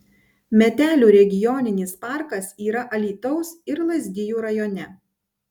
metelių regioninis parkas yra alytaus ir lazdijų rajone